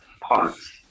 pause